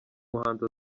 muhanzi